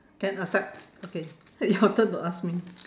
can accept okay your turn to ask me